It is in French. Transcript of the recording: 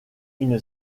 une